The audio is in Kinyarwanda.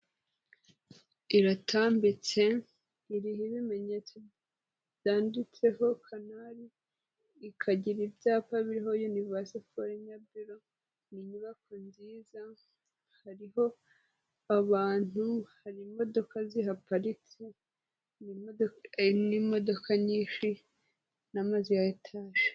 Iratambitse, iriho ibimenyetso byanditseho Canal, ikagira ibyapa biriho yunivaso foreyini bilo, ni inyubako nziza, hariho abantu, hari imodoka zihaparitse, n'imodoka nyinshi n'amazu ya etaje.